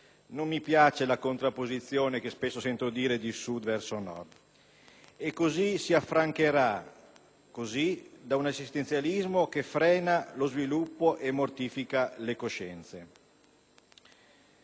(non mi piace la contraddizione che spesso sento dire di Sud verso Nord) e si affrancherà così da un assistenzialismo che frena lo sviluppo e mortifica le coscienze.